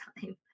time